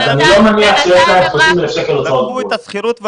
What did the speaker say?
אני לא מניח שיש 30,000 שקלים הוצאות קבועות.